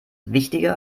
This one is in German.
wichtiger